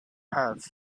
have